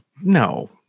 No